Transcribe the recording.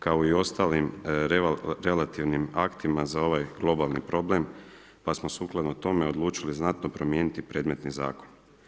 Kao i u ostalim relativnim aktima za ovaj globalni problem pa smo sukladno tome odlučili znatno promijeniti predmetni zakon.